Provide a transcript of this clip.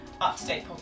up-to-date